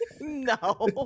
No